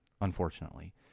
unfortunately